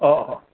অঁ অঁ